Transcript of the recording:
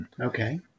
Okay